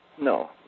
no